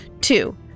Two